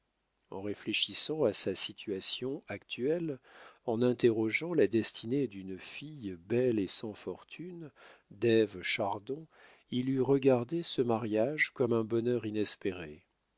en réfléchissant à sa situation actuelle en interrogeant la destinée d'une fille belle et sans fortune d'ève chardon il eût regardé ce mariage comme un bonheur inespéré